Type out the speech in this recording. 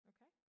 Okay